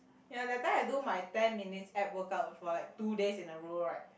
ya that time I do my ten minutes at workout for like two days in a row right